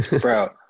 Bro